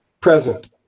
Present